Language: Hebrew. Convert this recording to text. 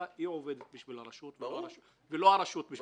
היא שעובדת בשביל הרשות ולא הרשות בשבילה.